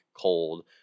cold